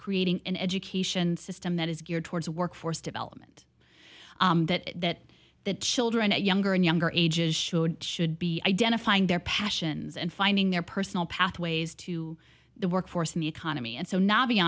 creating an education system that is geared towards workforce development that the children at younger and younger ages showed should be identifying their passions and finding their personal pathways to the workforce in the economy and so now